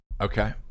Okay